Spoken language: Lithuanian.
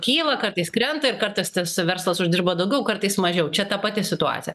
kyla kartais krenta ir kartais tas verslas uždirba daugiau kartais mažiau čia ta pati situacija